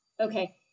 Okay